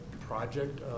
project